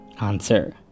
Answer